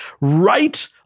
Right